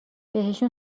بهشون